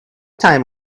time